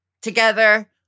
Together